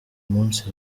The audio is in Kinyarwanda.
munsi